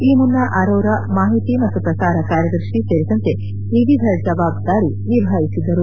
ಈ ಮುನ್ನ ಅರೋರ ಮಾಹಿತಿ ಮತ್ತು ಪ್ರಸಾರ ಕಾರ್ಯದರ್ಶಿ ಸೇರಿದಂತೆ ವಿವಿಧ ಜವಾಬ್ದಾರಿ ನಿಭಾಯಿಸಿದ್ದರು